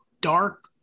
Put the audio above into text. dark